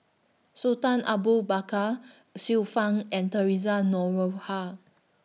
Sultan Abu Bakar Xiu Fang and Theresa Noronha